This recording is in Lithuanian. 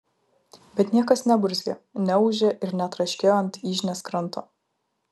bet niekas neburzgė neūžė ir netraškėjo ant yžnės kranto